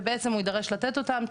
ובעצם הוא יידרש לתת אותם.